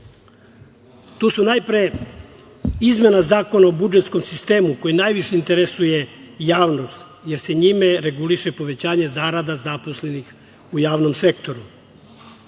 su najpre izmena Zakona o budžetskom sistemu, koji najviše interesuje javnost, jer se njime reguliše povećanje zarada zaposlenih u javnom sektoru.